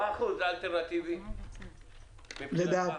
מה האחוז האלטרנטיבי מבחינתך?